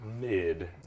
mid